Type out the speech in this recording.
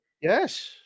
Yes